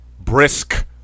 brisk